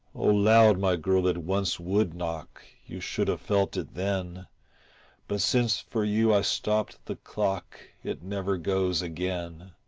oh loud, my girl, it once would knock, you should have felt it then but since for you i stopped the clock it never goes again.